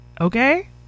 Okay